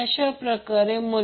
तर ते प्रत्यक्षात 120